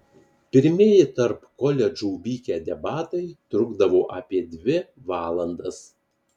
pirmieji tarp koledžų vykę debatai trukdavo apie dvi valandas